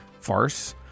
farce